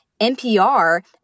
NPR